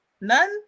none